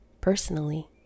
personally